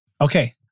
Okay